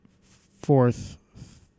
fourth